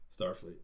Starfleet